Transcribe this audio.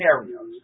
scenarios